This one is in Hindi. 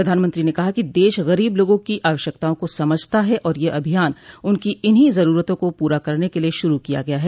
प्रधानमंत्री ने कहा कि देश गरीब लोगों की आवश्यकताओं को समझता है और यह अभियान उनकी इन्हीं जरूरतों को पूरा करने के लिए शुरू किया गया है